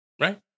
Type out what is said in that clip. Right